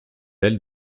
elle